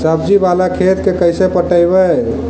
सब्जी बाला खेत के कैसे पटइबै?